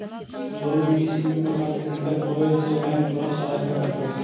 loan में किसी भी प्रकार की दिक्कत होवे से बैंक तोहार सहायता करतो